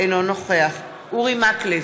אינו נוכח אורי מקלב,